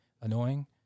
annoying